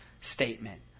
statement